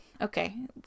okay